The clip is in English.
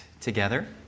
together